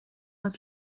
was